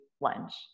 lunch